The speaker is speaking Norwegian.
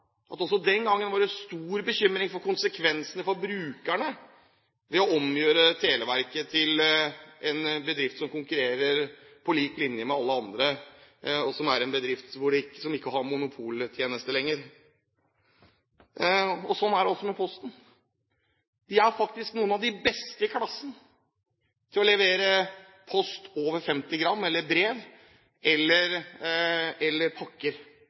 for brukerne, da man omgjorde Televerket til en bedrift som konkurrerer på lik linje med alle andre, og som er en bedrift som ikke har monopoltjeneste lenger. Slik er det også med Posten. De er faktisk noen av de beste i klassen til å levere post over 50 gram eller brev eller pakker.